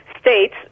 states